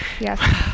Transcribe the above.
Yes